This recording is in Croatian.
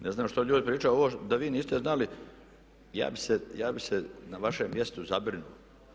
Ne znam što ljudi pričaju, a ovo što vi niste znali ja bih se na vašem mjestu zabrinuo.